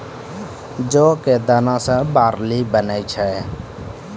जौ कॅ दाना सॅ बार्ली बनै छै